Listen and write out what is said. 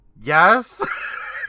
yes